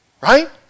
right